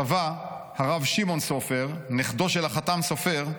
סבה, הרב שמעון סופר, נכדו של החתם סופר,